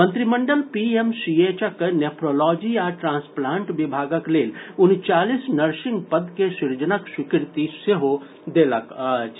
मंत्रिमडल पीएमसीएचक नेफ़ोलौजी आ ट्रांसप्लांट विभागक लेल उनचालीस नर्सिंग पद के सृजनक स्वीकृति सेहो देलक अछि